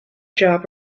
job